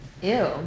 ew